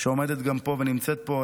שגם עומדת פה ונמצאת פה,